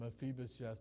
Mephibosheth